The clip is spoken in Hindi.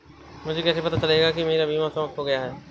मुझे कैसे पता चलेगा कि मेरा बीमा समाप्त हो गया है?